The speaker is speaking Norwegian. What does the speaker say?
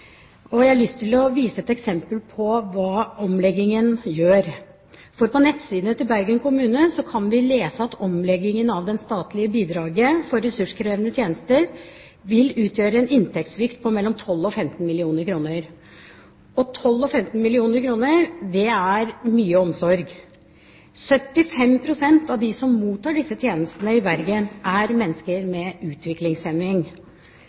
Jeg har lyst til å vise til et eksempel på hva omleggingen gjør. På nettsidene til Bergen kommune kan vi lese at omleggingen av det statlige bidraget for ressurskrevende tjenester vil utgjøre en inntektssvikt på mellom 12 mill. kr og 15 mill. kr – og 12 mill. kr eller 15 mill. kr betyr mye omsorg. 75 pst. av dem som mottar disse tjenestene i Bergen, er mennesker